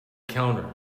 counter